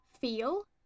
feel